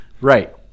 Right